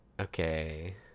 Okay